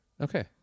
Okay